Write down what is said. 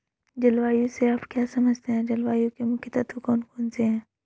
जलवायु से आप क्या समझते हैं जलवायु के मुख्य तत्व कौन कौन से हैं?